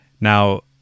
Now